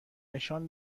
نشان